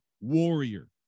warrior